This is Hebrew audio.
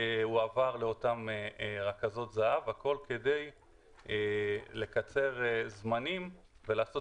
הוא עבר לאותן רכזות זה"ב והכול כדי לקצר זמנים ולעשות